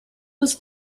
was